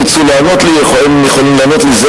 אם ירצו לענות לי, הם יכולים לענות לי.